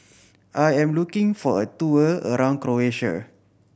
I am looking for a tour around Croatia